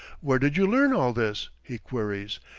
where did you learn all this. he queries,